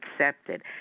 accepted